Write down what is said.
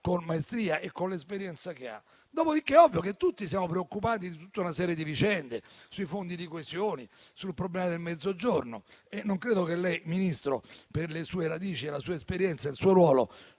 con la maestria e l'esperienza che ha. È poi ovvio che tutti siamo preoccupati di tutta una serie di vicende, sui fondi di coesione o sul problema del Mezzogiorno, ad esempio. Non credo che lei, Ministro, per le sue radici, la sua esperienza e il suo ruolo